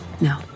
No